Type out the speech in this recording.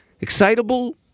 excitable